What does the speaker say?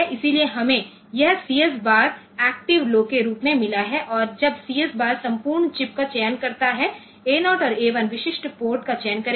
इसलिए हमें यह CS बार एक्टिव लौ के रूप में मिला है और जब CS बार संपूर्ण चिप का चयन करता है A 0 और A 1 विशिष्ट पोर्ट का चयन करेगा